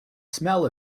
smell